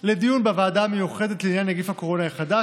לדיון בוועדה המיוחדת לעניין נגיף הקורונה החדש